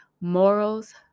morals